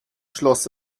schloss